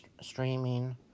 streaming